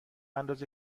اندازه